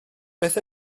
beth